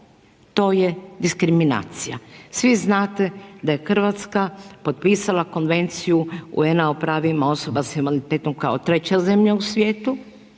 To je diskriminacija. Svi znate da je Hrvatska potpisala Konvenciju UN-a o pravima osobama s invaliditetom kao treća zemlja u svijetu